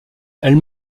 elle